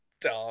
dumb